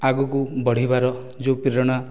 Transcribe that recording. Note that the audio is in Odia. ଆଗକୁ ବଢ଼ିବାର ଯେଉଁ ପ୍ରେରଣା